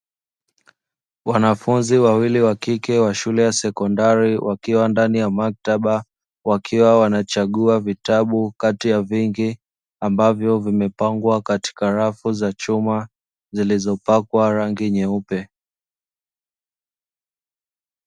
Wanafunzi wawili wa kike wa shule ya sekondari, wakiwa ndani ya maktaba, wakiwa wanachagua vitabu kati ya vingi, ambavyo vimepangwa katika rafu za chuma zilizopakwa rangi nyeupe.